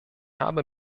habe